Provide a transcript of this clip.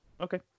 Okay